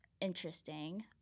interesting